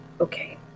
okay